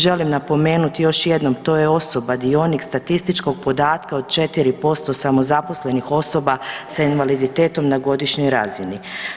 Želim napomenuti još jednom, to je osoba dionik statističkog podatka od 4% samozaposlenih osoba sa invaliditetom na godišnjoj razini.